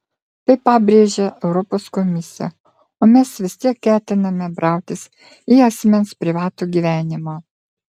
tai pabrėžia europos komisija o mes vis tiek ketiname brautis į asmens privatų gyvenimą